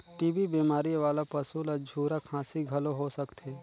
TB बेमारी वाला पसू ल झूरा खांसी घलो हो सकथे